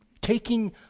Taking